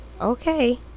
okay